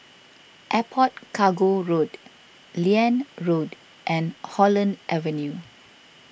Airport Cargo Road Liane Road and Holland Avenue